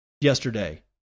yesterday